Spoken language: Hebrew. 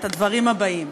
את הדברים הבאים: